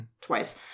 twice